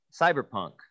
Cyberpunk